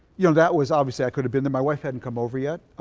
you know, that was obviously i could have been there. my wife hadn't come over yet.